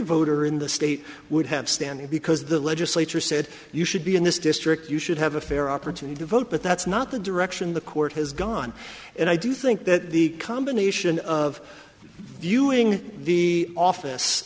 voter in the state would have standing because the legislature said you should be in this district you should have a fair opportunity to vote but that's not the direction the court has gone and i do think that the combination of viewing the office